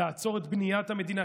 לעצור את בניית המדינה,